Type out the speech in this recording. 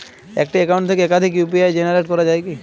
একটি অ্যাকাউন্ট থেকে একাধিক ইউ.পি.আই জেনারেট করা যায় কি?